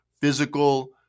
physical